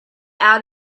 out